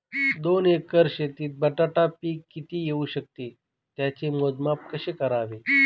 दोन एकर शेतीत बटाटा पीक किती येवू शकते? त्याचे मोजमाप कसे करावे?